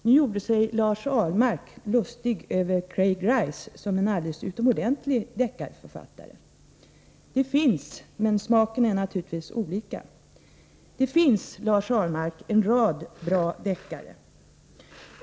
Nu gjorde sig Lars Ahlmark lustig över Craig Rice, som är en alldeles utomordentlig deckarförfattare — men smaken är naturligtvis olika. Det finns, Lars Ahlmark, en rad bra deckare.